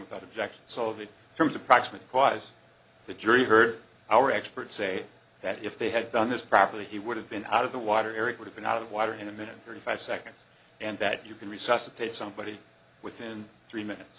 without objection so of in terms of proximate cause the jury heard our expert say that if they had done this properly he would have been out of the water erik would have been out of water in a minute thirty five seconds and that you can resuscitate somebody within three minutes